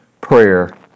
prayer